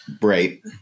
Right